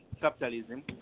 capitalism